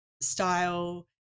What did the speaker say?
style